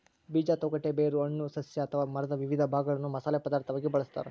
ಬೀಜ ತೊಗಟೆ ಬೇರು ಹಣ್ಣು ಸಸ್ಯ ಅಥವಾ ಮರದ ವಿವಿಧ ಭಾಗಗಳನ್ನು ಮಸಾಲೆ ಪದಾರ್ಥವಾಗಿ ಬಳಸತಾರ